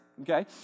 okay